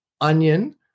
onion